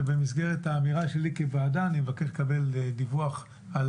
ובמסגרת האמירה שלי כוועדה אני מבקש לקבל דיווח על